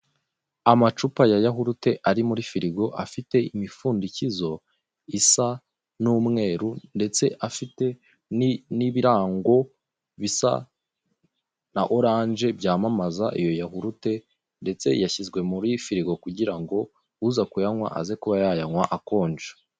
Amacupa ya yahurute ari muri firigo afite imipfundikizo isa n'umweru ndetse afite n'ibirango bisa na orange byamamaza iyo yahurute ndetse yashyizwe muri firigo kugirango uza kuyanywa aze kuba yayanywa akonje.